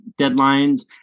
deadlines